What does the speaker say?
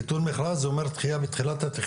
ביטול מכרז זה אומר דחיה של שנה מתחיל התכנון,